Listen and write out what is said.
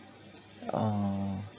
ah